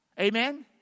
Amen